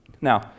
Now